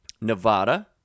Nevada